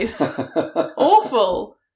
Awful